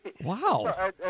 Wow